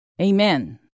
Amen